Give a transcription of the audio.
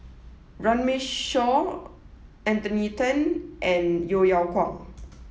Runme Shaw Anthony Then and Yeo Yeow Kwang